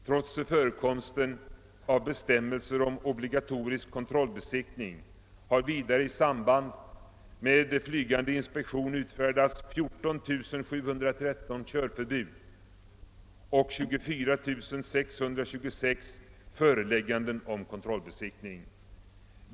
Trots förekomsten av bestämmelser om obligatorisk kontrollbesiktning har vidare i samband med flygande inspektion utfärdats 14713 körförbud och 24 626 förelägganden om kontrollbesiktning.